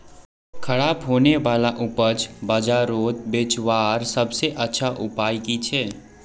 ख़राब होने वाला उपज बजारोत बेचावार सबसे अच्छा उपाय कि छे?